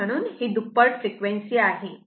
ही दुप्पट फ्रिक्वेन्सी आहे